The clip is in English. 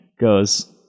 goes